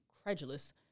incredulous